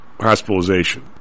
hospitalization